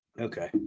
Okay